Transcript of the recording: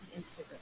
Instagram